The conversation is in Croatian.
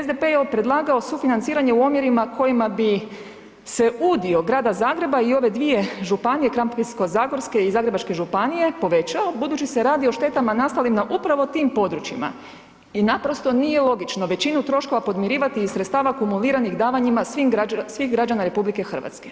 SDP je predlagao sufinanciranje u omjerima kojima bi se udio Grada Zagreba i ove dvije županije, Krapinsko-zagorske i Zagrebačke županije povećao budući se radi o štetama nastalim na upravo tim područjima i naprosto nije logično većinu troškova podmirivati iz sredstava kumuliranih davanjima svih građana RH.